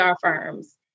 firms